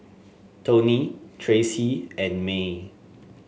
Tony Tracy and Maye